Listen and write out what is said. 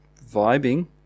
vibing